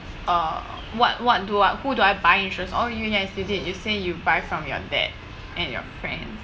uh what what do I who do I buy insurance you say you buy from your dad and your friends